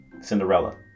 Cinderella